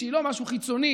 היא לא משהו חיצוני